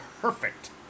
perfect